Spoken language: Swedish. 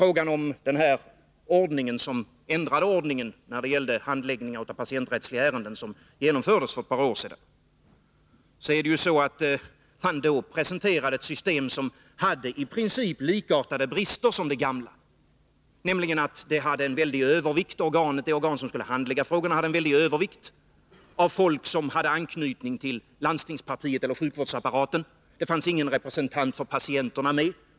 Sedan vill jag övergå till frågan om den ändrade ordningen för handläggningen av patienträttsliga ärenden, som genomfördes för ett par år sedan. Då presenterade man ett system som hade i princip likadana brister som det gamla, nämligen att det organ som skulle handlägga frågorna hade en väldig övervikt av folk med anknytning till landstingspartiet eller sjukvårdsapparaten. Det fanns ingen representant för patienterna med.